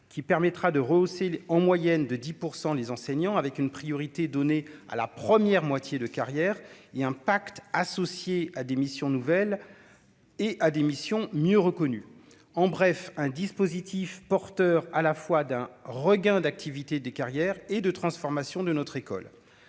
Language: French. qui permettra de rehausser en moyenne de 10 % les enseignants, avec une priorité donnée à la première moitié de carrière et un pacte associé à des missions nouvelles et à des missions mieux reconnu en bref un dispositif porteur à la fois d'un regain d'activité des carrières et de transformation de notre école,